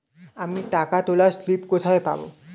আমি টাকা তোলার স্লিপ কোথায় পাবো?